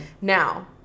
now